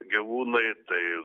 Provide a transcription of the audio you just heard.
gyvūnai tai